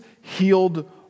healed